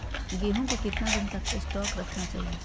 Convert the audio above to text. गेंहू को कितना दिन स्टोक रखना चाइए?